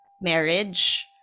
marriage